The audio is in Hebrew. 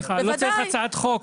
לא צריך הצעת חוק,